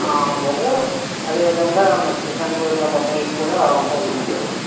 అవును సార్ అదే విధంగా మరి సెకండ్ క్లాస్ అబ్బాయికి కూడా వన్ థౌసండే సార్